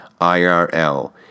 IRL